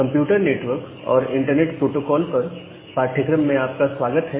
computer network और internet protocol पर पाठ्यक्रम में आपका स्वागत है